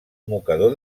mocador